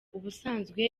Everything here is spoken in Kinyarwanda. ubusanzwe